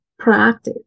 proactive